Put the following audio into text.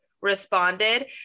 responded